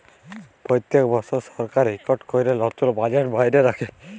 প্যত্তেক বসর সরকার ইকট ক্যরে লতুল বাজেট বাইর ক্যরে